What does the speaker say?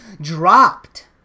dropped